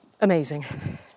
amazing